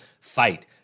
fight